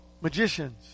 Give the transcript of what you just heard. magicians